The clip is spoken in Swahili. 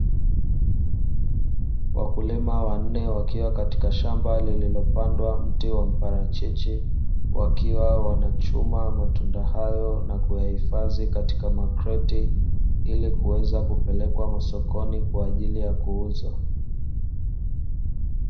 Wakulima wanne wakiwa katika shamba lililopandwa mti wa mparachichi wakiwa wanachuma matunda hayo, na kuyahifadhi katika makreti ili kuweza kupelekwa masokoni kwa ajili ya kuuzwa.